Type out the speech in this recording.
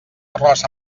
arròs